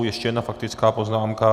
Ještě jedna faktická poznámka.